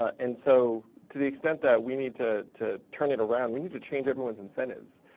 and so to the extent that we need to to turn it around, we need to change everyone's incentives.